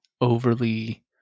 overly